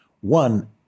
One